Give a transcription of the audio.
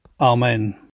Amen